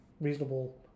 reasonable